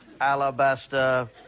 Alabaster